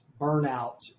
burnout